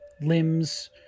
Limbs